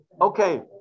Okay